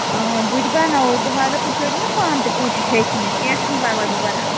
آ بہٕ تہِ بَناوو تہٕ مَگر تُہۍ کٔرِو ناپانہٕ تہِ کوِٗشِش ہیٚچھنٕچ کیٚنٛہہ چھُنہٕ پَرواے بہٕ بَناوٕ